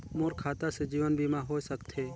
मोर खाता से जीवन बीमा होए सकथे?